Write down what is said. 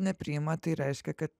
nepriima tai reiškia kad